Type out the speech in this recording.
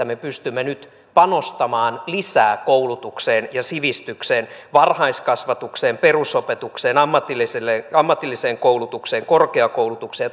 me pystymme nyt panostamaan lisää koulutukseen ja sivistykseen varhaiskasvatukseen perusopetukseen ammatilliseen koulutukseen korkeakoulutukseen